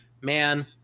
man